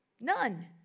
None